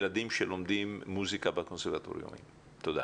האג'נדה והמנדט שלנו הוא לתמיכה במוסדות תרבות מקצועיים כאלה אנחנו